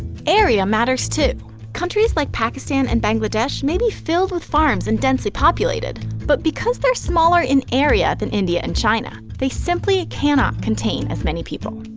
area matters too countries like pakistan and bangladesh may be filled with farms and densely-populated, but because they're smaller in area than india and china, they simply cannot contain as many people.